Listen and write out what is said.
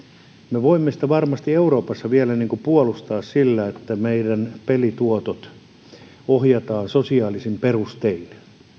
me voimme sitä varmasti euroopassa vielä puolustaa sillä että meillä pelituotot ohjataan sosiaalisin perustein